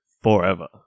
forever